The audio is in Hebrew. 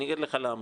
אני אגיד לך למה.